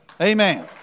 Amen